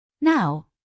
Now